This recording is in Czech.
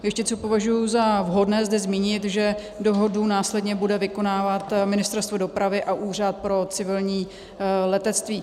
A ještě co považuji za vhodné zde zmínit, že dohodu následně bude vykonávat Ministerstvo dopravy a Úřad pro civilní letectví.